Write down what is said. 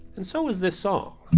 and so is this song